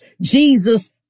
Jesus